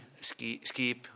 Skip